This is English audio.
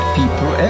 people